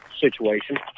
situation